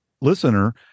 listener